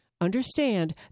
understand